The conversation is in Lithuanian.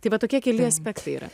tai vat tokie keli aspektai yra